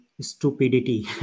stupidity